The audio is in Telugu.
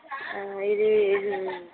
ఇది ఇది